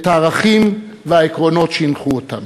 את הערכים והעקרונות שהנחו אותם.